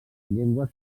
llengües